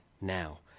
now